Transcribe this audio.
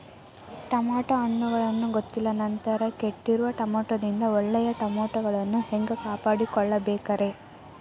Tomato ಹಣ್ಣುಗಳನ್ನ ಗೊತ್ತಿಲ್ಲ ನಂತರ ಕೆಟ್ಟಿರುವ ಟಮಾಟೊದಿಂದ ಒಳ್ಳೆಯ ಟಮಾಟೊಗಳನ್ನು ಹ್ಯಾಂಗ ಕಾಪಾಡಿಕೊಳ್ಳಬೇಕರೇ?